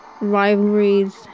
rivalries